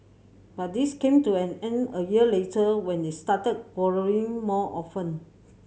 but this came to an end a year later when they started quarrelling more often